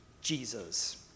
Jesus